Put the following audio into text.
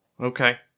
Okay